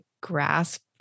grasp